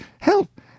Help